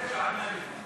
זה מה שכתוב לי.